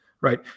right